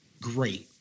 great